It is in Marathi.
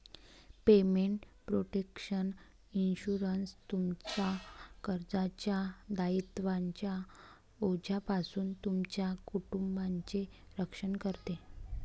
पेमेंट प्रोटेक्शन इन्शुरन्स, तुमच्या कर्जाच्या दायित्वांच्या ओझ्यापासून तुमच्या कुटुंबाचे रक्षण करते